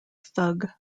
thug